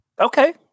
Okay